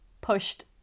pushed